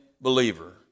believer